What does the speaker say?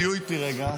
תהיו איתי רגע,